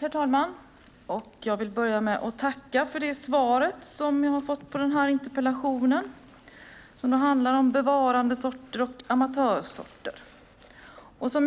Herr talman! Jag vill börja med att tacka för det svar jag har fått på interpellationen, som handlar om bevarandesorter och amatörsorter.